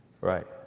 Right